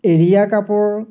এৰীয়া কাপোৰ